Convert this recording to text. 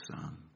son